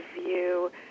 view